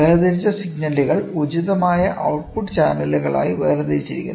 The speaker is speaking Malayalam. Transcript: വേർതിരിച്ച സിഗ്നലുകൾ ഉചിതമായ ഔട്ട് പുട്ട് ചാനലുകളായി വേർതിരിച്ചിരിക്കുന്നു